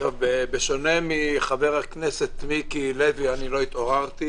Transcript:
בשונה מחבר הכנסת מיקי לוי אני לא התעוררתי,